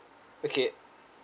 okay